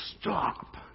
stop